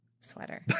Sweater